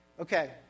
Okay